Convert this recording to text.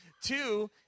Two